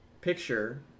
picture